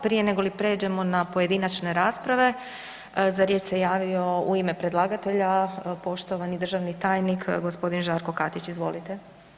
Prije negoli prijeđemo na pojedinačne rasprave, za riječ se javio u ime predlagatelja poštovani državni tajnik g. Žarko Katić, izvolite.